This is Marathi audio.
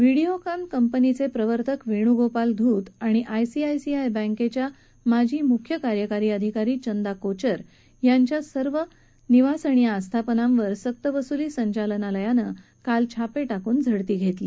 व्हिडिओकॉन कंपनीचे प्रवर्तक वेणूगोपाल धूत आणि आयसीआयसीआय बँकेच्या माजी मुख्य कार्यकारी अधिकारी चंदा कोचर यांच्या सर्व ठिकाणांवर सक्तवसुली संचालनालयानं काल छापे घालून झडती घेतली